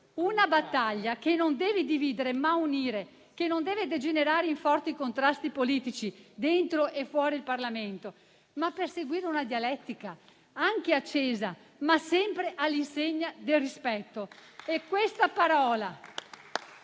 una battaglia che deve non dividere, ma unire; che deve non degenerare i forti contrasti politici dentro e fuori il Parlamento, ma perseguire una dialettica anche accesa, ma sempre all'insegna del rispetto.